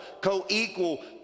co-equal